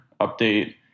update